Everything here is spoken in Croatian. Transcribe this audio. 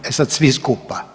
E sad svi skupa.